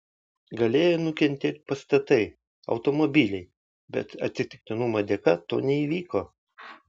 galėjo nukentėt pastatai automobiliai bet atsitiktinumo dėka to neįvyko